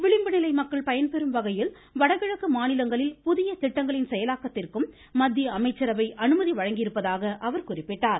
விளிம்பு நிலை மக்கள் பயன்பெறும் வகையில் வடகிழக்கு மாநிலங்களில் புதிய திட்டங்களின் செயலாக்கத்திற்கும் மத்திய அமைச்சரவை அனுமதி வழங்கியிருப்பதாக அவர் குறிப்பிட்டார்